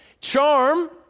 Charm